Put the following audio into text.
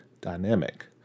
dynamic